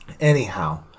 Anyhow